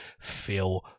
feel